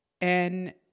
And-